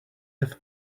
have